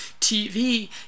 TV